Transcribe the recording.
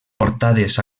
portades